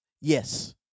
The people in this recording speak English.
Yes